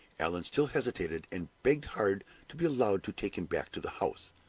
allan still hesitated, and begged hard to be allowed to take him back to the house.